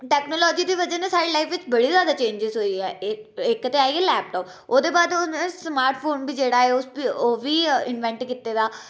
technology दी बजह कन्नै स्हाड़ी लाइफ च बड़े ज्यादा चेंजेस होई इक ते आई गेआ लैपटाप ओह्दे बाद हून स्मार्टफोन बी जेह्ड़ा एह् ओह् बी इनवैंट कीते दा